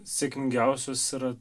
sėkmingiausios yra